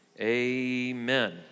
amen